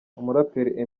umuraperi